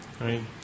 right